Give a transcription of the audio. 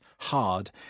hard